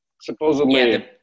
supposedly